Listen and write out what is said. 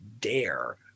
dare